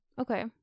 Okay